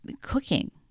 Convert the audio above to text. Cooking